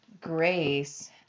grace